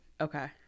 Okay